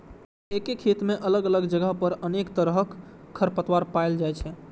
एके खेत मे अलग अलग जगह पर अनेक तरहक खरपतवार पाएल जाइ छै